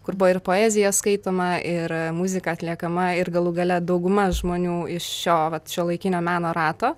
kur buvo ir poezija skaitoma ir muzika atliekama ir galų gale dauguma žmonių iš šio vat šiuolaikinio meno rato